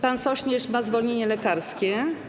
Pan Sośnierz ma zwolnienie lekarskie.